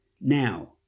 Now